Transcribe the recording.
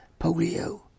polio